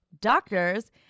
doctors